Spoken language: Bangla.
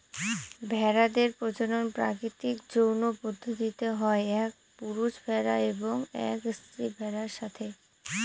ভেড়াদের প্রজনন প্রাকৃতিক যৌন পদ্ধতিতে হয় এক পুরুষ ভেড়া এবং এক স্ত্রী ভেড়ার সাথে